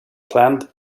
planned